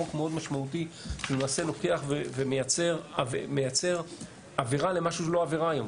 חוק מאוד משמעותי שלמעשה לוקח ומייצר עבירה למשהו שהוא לא עבירה היום.